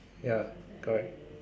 ya correct